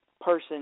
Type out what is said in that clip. person